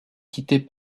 quitter